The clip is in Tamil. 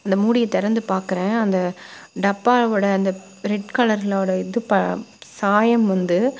அந்த மூடியை திறந்து பாக்கிறேன் அந்த டப்பாவோட அந்த ரெட் கலர்லோட இது சாயம் வந்து